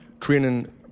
training